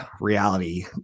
reality